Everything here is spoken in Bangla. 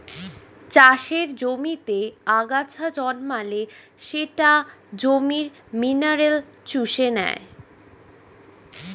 চাষের জমিতে আগাছা জন্মালে সেটা জমির মিনারেল চুষে নেয়